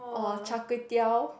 oh Char-Kway-Teow